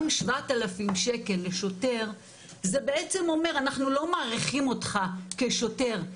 גם 7,000 שקלים לשוטר זה בעצם אומר אנחנו לא מעריכים אותך כשוטר.